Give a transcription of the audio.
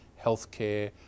healthcare